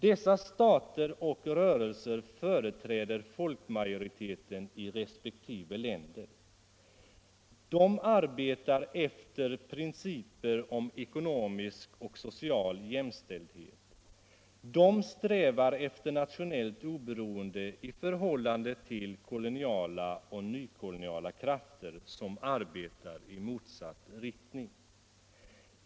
Dessa stater och rörelser företräder folkmajoriteten i resp. länder, de arbetar efter principer om ekonomisk och social jämställdhet och de strävar efter nationellt oberoende i förhållande till koloniala och nykoloniala krafter som arbetar i motsatt riktning.